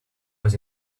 was